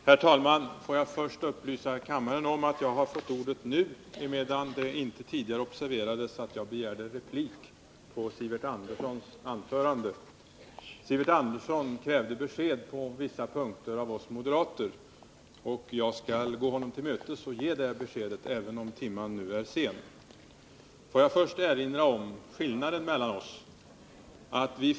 Herr talman! Jag vill först upplysa kammaren om att jag har fått ordet nu, emedan det inte tidigare observerades att jag begärde replik på Sivert Anderssons anförande. Sivert Andersson krävde besked på vissa punkter av oss moderater, och jag skall gå honom till mötes och ge de beskeden, även om timmen är sen. För det första vill jag erinra om skillnaden mellan våra ståndpunkter.